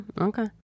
okay